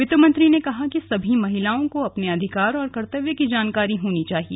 वित्त मंत्री ने कहा कि सभी महिलाओं को अपने अधिकार और कर्तव्य की जानकारी होनी चाहिए